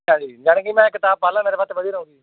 ਜਾਣੀ ਕਿ ਮੈਂ ਕਿਤਾਬ ਪੜ੍ਹ ਲਵਾਂ ਮੇਰੇ ਵਾਸਤੇ ਵਧੀਆ ਰਹੇਗੀ